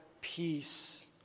peace